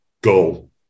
goal